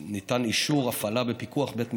ניתן אישור הפעלה בפיקוח בית משפט,